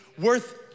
worth